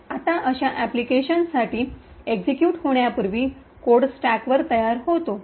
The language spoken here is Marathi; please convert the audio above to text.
आता अशा ऐप्लकेशन अनुप्रयोग साठी एक्सिक्यूट होण्यापूर्वी कोड स्टॅकवर तयार होतो